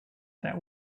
that